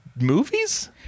movies